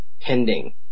pending